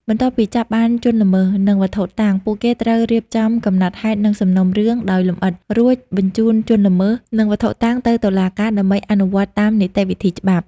បន្ទាប់ពីចាប់បានជនល្មើស និងវត្ថុតាង ពួកគេត្រូវរៀបចំ កំណត់ហេតុ និងសំណុំរឿង ដោយលម្អិត រួចបញ្ជូនជនល្មើស និងវត្ថុតាងទៅតុលាការដើម្បីអនុវត្តតាមនីតិវិធីច្បាប់។